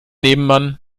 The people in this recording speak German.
nebenmann